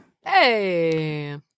Hey